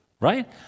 Right